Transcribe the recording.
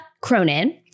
Cronin